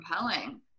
compelling